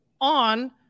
on